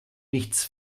nichts